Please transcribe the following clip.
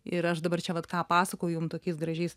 ir aš dabar čia vat ką pasakoju jum tokiais gražiais